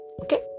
okay